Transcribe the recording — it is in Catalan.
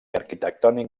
arquitectònic